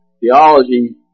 Theology